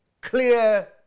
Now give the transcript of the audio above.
clear